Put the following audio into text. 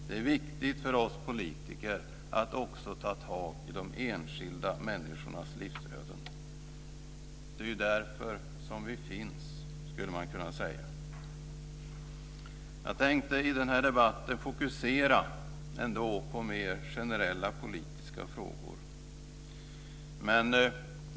Det är viktigt för oss politiker att ta itu med de enskilda människornas livsöden. Det är därför som vi finns, skulle man kunna säga. Jag tänkte i debatten fokusera mer generella politiska frågor.